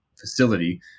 facility